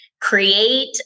create